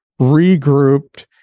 regrouped